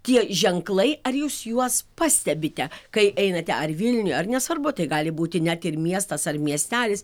tie ženklai ar jūs juos pastebite kai einate ar vilniuj ar nesvarbu tai gali būti net ir miestas ar miestelis